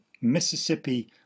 Mississippi